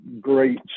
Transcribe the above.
great